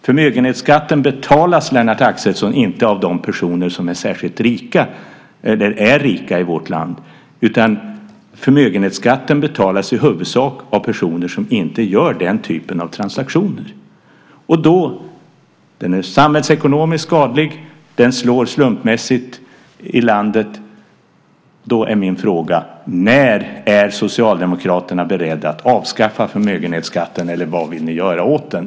Förmögenhetsskatten betalas, Lennart Axelsson, inte av de personer som är rika i vårt land. Förmögenhetsskatten betalas i huvudsak av personer som inte gör den typen av transaktioner. Den är samhällsekonomiskt skadlig. Den slår slumpmässigt. När är Socialdemokraterna beredda att avskaffa förmögenhetsskatten? Vad vill ni göra åt den?